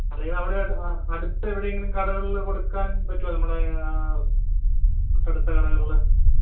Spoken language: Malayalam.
അല്ലെങ്കിൽ അവിടെയായിട്ട് അടുത്ത് എവിടെയെങ്കിലും കടകളിൽ കൊടുക്കാന് പറ്റുമോ നമ്മുടെ തൊട്ടടുത്ത കടകളിൽ